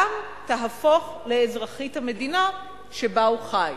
גם תהפוך לאזרחית המדינה שבה הוא חי.